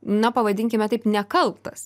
na pavadinkime taip nekaltas